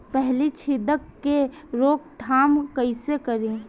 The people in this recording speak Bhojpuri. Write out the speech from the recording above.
फली छिद्रक के रोकथाम कईसे करी?